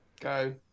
go